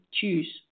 choose